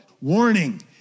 Warning